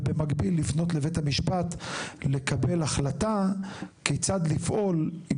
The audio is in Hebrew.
ובמקביל לפנות לבית המשפט לקבל החלטה כיצד לפעול עם